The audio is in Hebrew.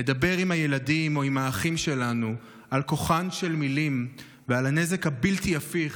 לדבר עם הילדים או עם האחים שלנו על כוחן של מילים ועל הנזק הבלתי-הפיך